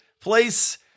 place